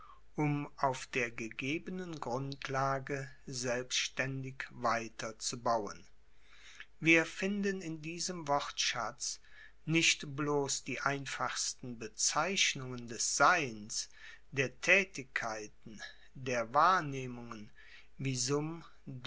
um auf der gegebenen grundlage selbstaendig weiter zu bauen wir finden in diesem wortschatz nicht bloss die einfachsten bezeichnungen des seins der taetigkeiten der wahrnehmungen wie